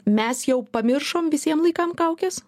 mes jau pamiršom visiem laikam kaukes